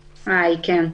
שלום.